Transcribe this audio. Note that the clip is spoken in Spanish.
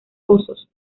osos